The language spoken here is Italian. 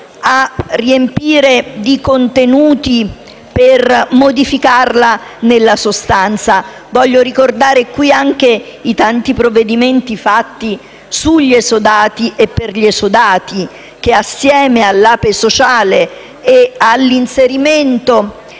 a riempire di contenuti per modificarla nella sostanza. Voglio poi ricordare i tanti provvedimenti fatti sugli esodati e per gli esodati, che, assieme all'APE sociale e all'inserimento